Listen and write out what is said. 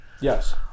Yes